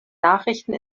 nachrichten